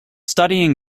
studying